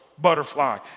butterfly